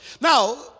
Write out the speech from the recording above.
Now